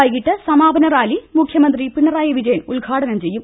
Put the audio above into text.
പൈകിട്ട് സമാപന റാലി മുഖ്യമന്ത്രി പിണറായി വിജയൻ ഉദ്ഘാടനം ചെയ്യും